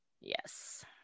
yes